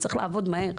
צריך לעבוד מהר.